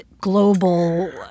global